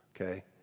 okay